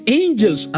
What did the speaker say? angels